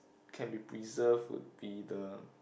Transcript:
can be preserved would be the